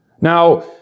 Now